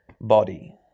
Body